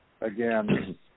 again